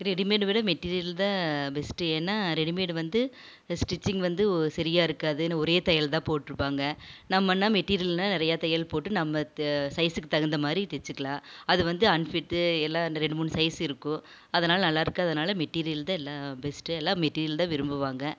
ரெடிமேடை விட மெட்டீரியல் தான் பெஸ்ட்டு ஏன்னால் ரெடிமேட் வந்து இந்த ஸ்டிச்சிங் வந்து ஓ சரியாக இருக்காதுன்னு ஒரே தையல் தான் போட்டிருப்பாங்க நம்மன்னால் மெட்டீரியல்னால் நிறையா தையல் போட்டு நம்ம சைஸுக்குத் தகுந்த மாதிரி தைச்சிக்கலாம் அது வந்து அன்ஃபிட்டு எல்லா இந்த ரெண்டு மூணு சைஸு இருக்கும் அதனால் நல்லாயிருக்கு அதனால் மெட்டீரியல் தான் எல்லாம் பெஸ்ட்டு எல்லாம் மெட்டீரியல் தான் விரும்புவாங்க